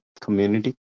community